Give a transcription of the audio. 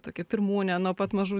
tokia pirmūnė nuo pat mažų